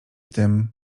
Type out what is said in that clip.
tym